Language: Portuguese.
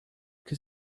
que